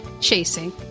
chasing